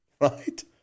right